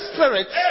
Spirit